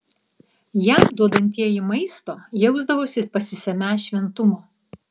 jam duodantieji maisto jausdavosi pasisemią šventumo